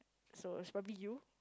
so it's probably you